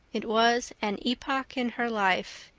it was an epoch in her life,